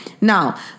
Now